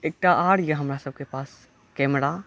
एकटा आर यऽ हमरा सबके पास कैमरा